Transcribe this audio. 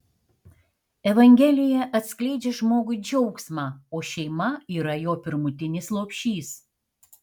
evangelija atskleidžia žmogui džiaugsmą o šeima yra jo pirmutinis lopšys